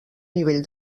nivell